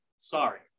sorry